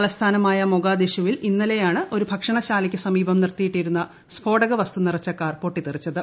തലസ്ഥാനമായ മൊഗാദിഷുവിൽ ഇന്നലെയാണ് ഒരു ഭക്ഷണശാലയ്ക്ക് സമീപം നിർത്തിയിട്ടിരുന്ന സ്ഫോടകവസ്തു നിറച്ച കാർ പൊട്ടിത്തെറിച്ചത്